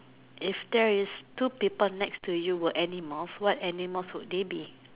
if there is two people next to you were animals what animals would they be